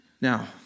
Now